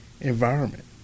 environment